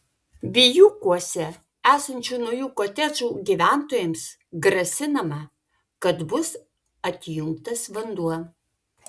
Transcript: vijūkuose esančių naujų kotedžų gyventojams grasinama kad bus atjungtas vanduo